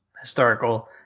historical